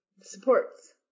supports